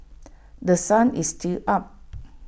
The Sun is still up